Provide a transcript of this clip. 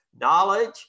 knowledge